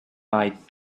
might